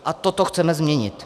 A toto chceme změnit.